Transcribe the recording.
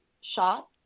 shot